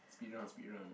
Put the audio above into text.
speed round speed round